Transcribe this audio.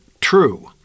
true